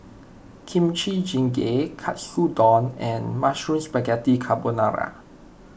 Kimchi Jjigae Katsudon and Mushroom Spaghetti Carbonara